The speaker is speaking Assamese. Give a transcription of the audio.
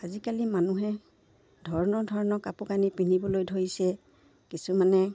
আজিকালি মানুহে ধৰণৰ ধৰণৰ কাপোৰ কানি পিন্ধিবলৈ ধৰিছে কিছুমানে